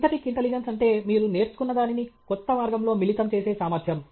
synthetic intelligence అంటే మీరు నేర్చుకున్నదానిని కొత్త మార్గంలో మిళితం చేసే సామర్థ్యం